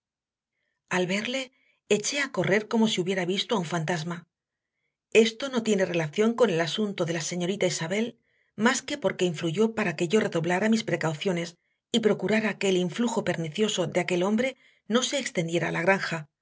al verle eché a correr como si hubiera visto a un fantasma esto no tiene relación con el asunto de la señorita isabel más que porque influyó para que yo redoblara mis precauciones y procurara que el influjo pernicioso de aquel hombre no se extendiera a la granja